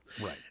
Right